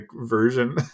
version